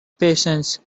patience